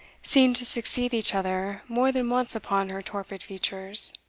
seemed to succeed each other more than once upon her torpid features.